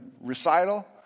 recital